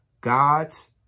God's